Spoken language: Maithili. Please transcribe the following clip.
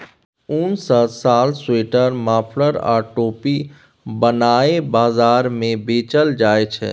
उन सँ साल, स्वेटर, मफलर आ टोपी बनाए बजार मे बेचल जाइ छै